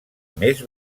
més